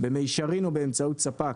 במישרין או באמצעות ספק,